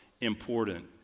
important